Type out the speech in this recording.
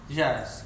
yes